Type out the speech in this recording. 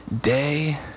day